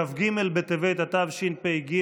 כ"ג בטבת התשפ"ג,